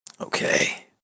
Okay